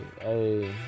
hey